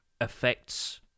affects